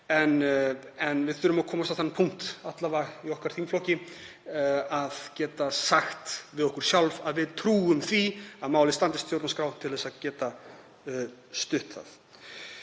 En við þurfum að komast á þann punkt, alla vega í þingflokki mínum, að geta sagt við okkur sjálf að við trúum því að málið standist stjórnarskrá til að geta stutt það.